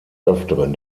öfteren